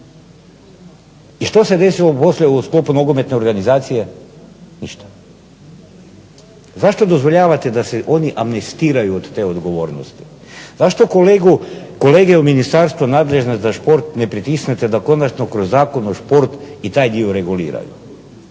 I što se desilo poslije u sklopu nogometne organizacije? Ništa. Zašto dozvoljavate da se oni amnestiraju od te odgovornosti? Zašto kolege u ministarstvu nadležne za šport ne pritisnete da konačno kroz Zakon o športu i taj dio reguliraju?